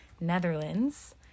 Netherlands